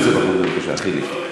בבקשה, חיליק.